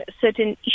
certain